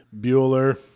Bueller